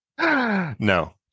No